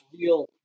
real